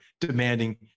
demanding